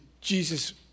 Jesus